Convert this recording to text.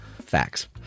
facts